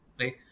Right